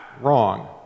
wrong